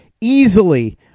easily